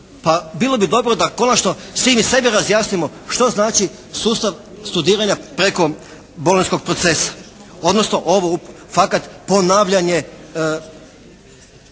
Pa bilo bi dobro da konačni svi mi sebi razjasnimo što znači sustav studiranja preko "Bolonjskog procesa", odnosno ovo fakat ponavljanje